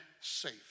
safe